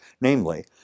Namely